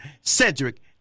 Cedric